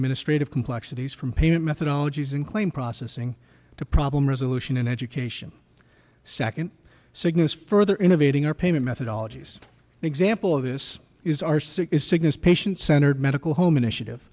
administrative complexities from payment methodology is in claim processing to problem resolution and education second cygnus further innovating our payment methodology is an example of this is our sick is cygnus patient centered medical home initiative